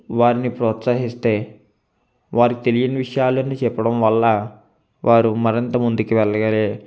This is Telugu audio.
వారిని ప్రోత్సహిస్తే వారికి తెలియని విషయాలన్నీ చెప్పడం వల్ల వారు మరింత ముందుకు వెళ్ళగలిగే